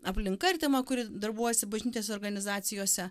aplinka artima kuri darbuojasi bažnytinėse organizacijose